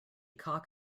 cock